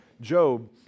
Job